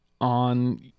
on